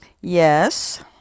Yes